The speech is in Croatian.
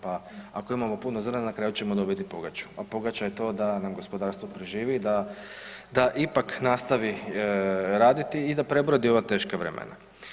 Pa ako imamo puno zrna, na kraju ćemo dobiti pogaču, a pogača je to da nam gospodarstvo preživi i da, da ipak nastavi raditi i da prebrodi ova teška vremena.